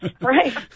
Right